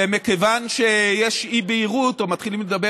ומכיוון שיש אי-בהירות או מתחילים לדבר